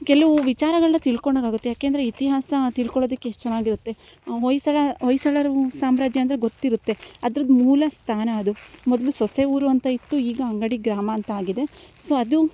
ಕೆಲವು ವಿಚಾರಗಳನ್ನ ತಿಳ್ಕೊಂಡಾಗಾಗುತ್ತೆ ಏಕೆಂದರೆ ಇತಿಹಾಸ ತಿಳ್ಕೊಳದಿಕ್ಕೆ ಎಷ್ಟು ಚೆನ್ನಾಗಿರತ್ತೆ ಹೊಯ್ಸಳ ಹೊಯ್ಸಳರು ಸಾಮ್ರಾಜ್ಯ ಅಂದರೆ ಗೊತ್ತಿರುತ್ತೆ ಅದ್ರುದ್ದು ಮೂಲ ಸ್ಥಾನ ಅದು ಮೊದಲು ಸೊಸೆ ಊರು ಅಂತ ಇತ್ತು ಈಗ ಅಂಗಡಿ ಗ್ರಾಮ ಅಂತ ಆಗಿದೆ ಸೊ ಅದು